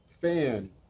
fan